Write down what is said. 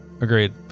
Agreed